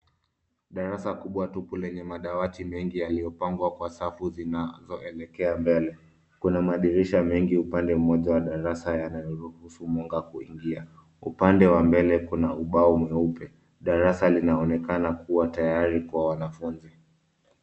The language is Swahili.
Darasa kubwa tupu lenye madawati mengi yaliyopangwa kwa safu zinazoelekea mbele. Kuna madirisha mengi upande mmoja wa darasa yanayoruhusu mwanga kuingia. Upande wa mbele kuna ubao mweupe. Darasa linaonekana kuwa tayari kwa wanafunzi.